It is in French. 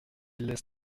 laissent